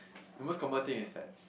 the most common thing is that